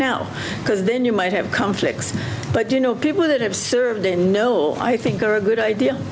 now because then you might have conflicts but you know people that have served in no i think are a good idea